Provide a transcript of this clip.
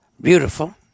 beautiful